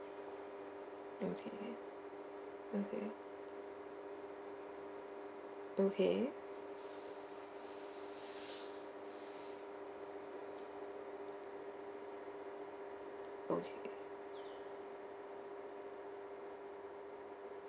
okay okay okay okay